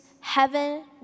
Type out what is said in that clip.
heaven